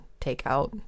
takeout